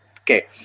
Okay